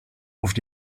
oft